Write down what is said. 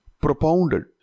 propounded